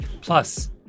Plus